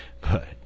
But